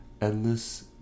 Endless